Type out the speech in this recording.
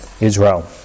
Israel